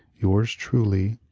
yours truly,